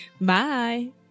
Bye